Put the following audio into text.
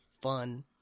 fun